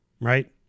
Right